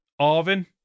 arvin